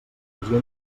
difusió